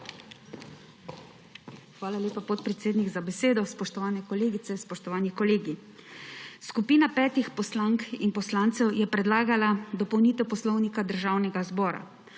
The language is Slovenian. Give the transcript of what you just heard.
Hvala lepa, podpredsednik, za besedo. Spoštovane kolegice, spoštovani kolegi! Skupina petih poslank in poslancev je predlagala dopolnitev Poslovnika Državnega zbora,